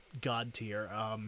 god-tier